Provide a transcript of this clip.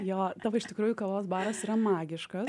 jo tavo iš tikrųjų kavos baras yra magiškas